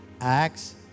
acts